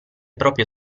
proprio